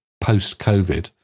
post-COVID